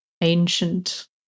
ancient